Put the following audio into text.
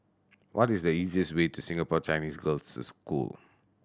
what is the easiest way to Singapore Chinese Girls' School